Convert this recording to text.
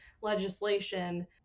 legislation